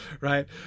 Right